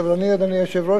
אדוני היושב-ראש,